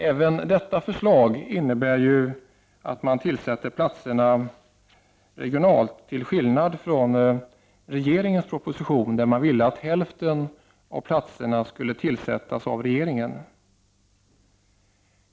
Även detta förslag innebär ju att man tillsätter platser regionalt till skillnad från regeringens proposition, som föreslår att hälften av platserna skulle tillsättas av regeringen.